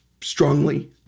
strongly